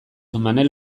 manel